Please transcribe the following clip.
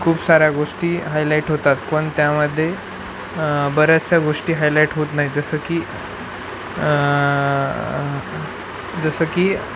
खूप साऱ्या गोष्टी हायलाइट होतात पण त्यामध्ये बऱ्याचशा गोष्टी हायलाइट होत नाहीत जसं की जसं की